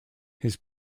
his